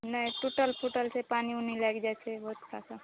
नहि टूटल फूटल छै पानि ऊनी लागि जाइ छै रोड परमे